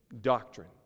doctrine